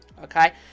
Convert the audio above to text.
Okay